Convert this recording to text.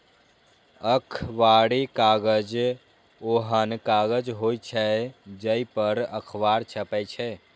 अखबारी कागज ओहन कागज होइ छै, जइ पर अखबार छपै छै